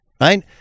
right